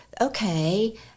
okay